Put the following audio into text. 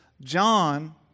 John